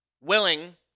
willing